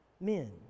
men